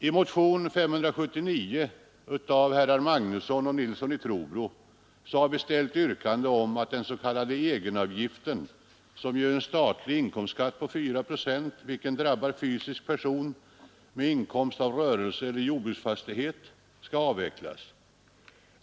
I motionen 579 av herrar Magnusson och Nilsson i Trobro har vi ställt yrkande om den s.k. egenavgiften, som ju är en statlig inkomstskatt på 4 procent, vilken drabbar fysisk person med inkomst av rörelse eller jordbruksfastighet.